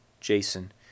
Jason